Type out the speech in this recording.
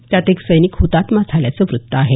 त्यात एक सैनिक हुतात्मा झाल्याचं वृत्त आहे